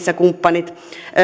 ja kumppanit